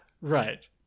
Right